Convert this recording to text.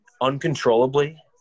uncontrollably